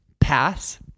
pass